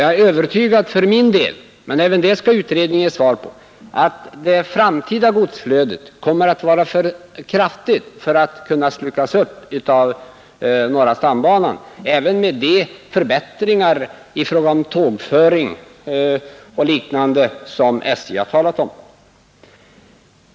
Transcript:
Jag är själv övertygad om, men även det skall utredningen ge svar på, att det framtida godsflödet kommer att bli för kraftigt för att kunna slukas upp av norra stambanan, även med de förbättringar i fråga om tågföring och liknande som SJ har talat om.